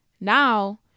now